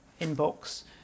inbox